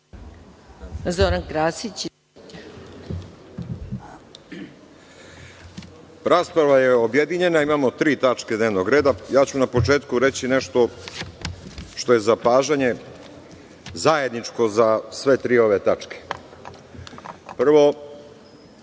**Zoran Krasić** Rasprava je objedinjena. Imamo tri tačke dnevnog reda. Ja ću na početku reći nešto što je zapažanje zajedničko za sve tri ove tačke. Prvo,